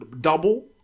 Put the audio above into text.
double